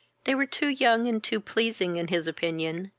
they were too young and too pleasing in his opinion,